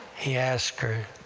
he asked her,